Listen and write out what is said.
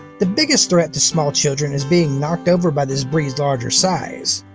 the biggest threat to small children is being knocked over by this breed's larger size.